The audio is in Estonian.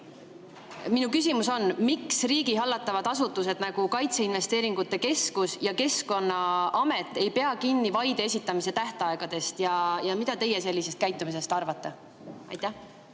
Minu küsimus on: miks riigi hallatavad asutused, nagu kaitseinvesteeringute keskus ja Keskkonnaamet, ei pea kinni vaide esitamise tähtaegadest? Ja mida teie sellisest käitumisest arvate? Aitäh,